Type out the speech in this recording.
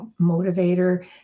motivator